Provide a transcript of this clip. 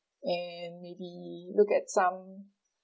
and maybe look at some